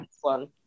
one